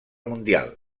mundial